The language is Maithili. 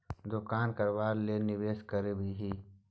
दोकान करबाक लेल निवेश करबिही